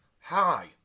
hi